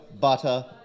butter